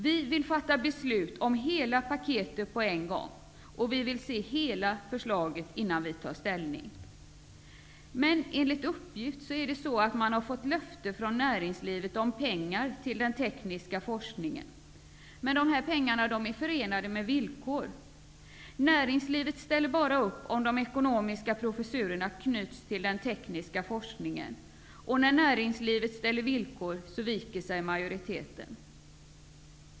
Vi vill fatta beslut om hela paketet på en gång, och vi vill se hela förslaget innan vi tar ställning. Enligt uppgift har man från näringslivet fått löfte om pengar till den tekniska forskningen, men de pengarna är förenade med villkor. Näringslivet ställer bara upp om de ekonomiska professurerna knyts till den tekniska forskningen. Och när näringslivet ställer villkor viker sig majoriteten.